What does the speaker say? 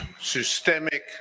systemic